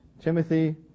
Timothy